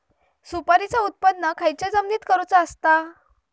सुपारीचा उत्त्पन खयच्या जमिनीत करूचा असता?